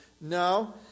No